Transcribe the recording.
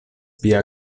via